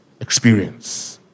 experience